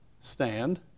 Stand